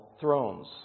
thrones